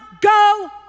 go